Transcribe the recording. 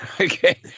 Okay